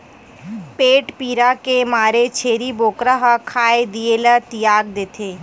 पेट पीरा के मारे छेरी बोकरा ह खाए पिए ल तियाग देथे